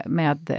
med